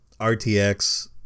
RTX